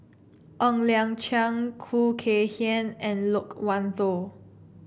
Ng Liang Chiang Khoo Kay Hian and Loke Wan Tho